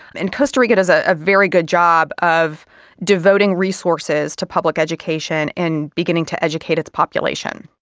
and costa rica does a very good job of devoting resources to public education and beginning to educate its population.